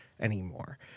anymore